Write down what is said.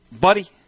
Buddy